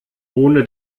ohne